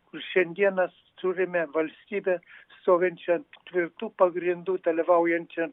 kur šiandien mes turime valstybę stovinčią ant tvirtų pagrindų dalyvaujančią